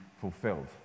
fulfilled